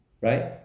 Right